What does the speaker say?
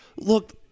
look